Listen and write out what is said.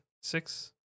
six